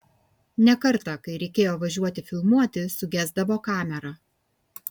ne kartą kai reikėjo važiuoti filmuoti sugesdavo kamera